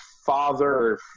father